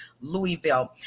Louisville